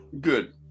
good